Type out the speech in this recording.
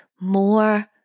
more